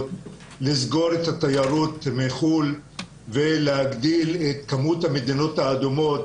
לסגור את התיירות מחוץ לארץ ולהגדיל את כמות המדינות האדומות